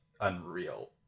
Unreal